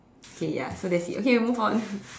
okay ya so that's it okay move on